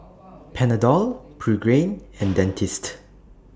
Panadol Pregain and Dentiste